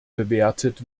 bewertet